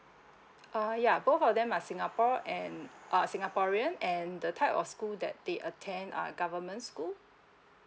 uh ya both of them are singapore and uh singaporean and the type of school that they attend are government school